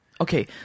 Okay